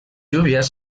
lluvias